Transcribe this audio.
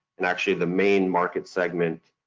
and actually, the main market segments